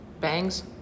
Bangs